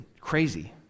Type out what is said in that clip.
Crazy